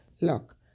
look